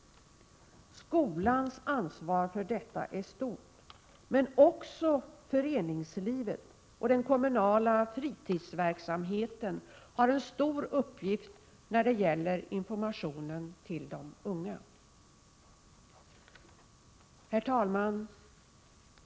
Skolans ansvar för detta är stort, men också föreningslivet och den kommunala fritidsverksamheten har en stor uppgift när det gäller informationen till de unga. Herr talman!